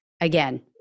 Again